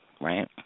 right